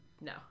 no